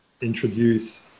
introduce